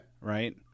Right